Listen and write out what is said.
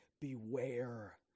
Beware